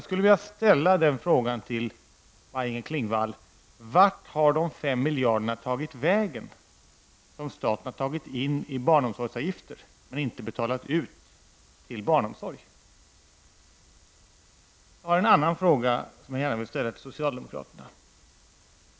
Klingvall: Vart har de 5 miljarder som staten tagit in i barnomsorgsavgifter men inte betalat ut till barnomsorg tagit vägen? Jag vill gärna ställa också en annan fråga till socialdemokraterna.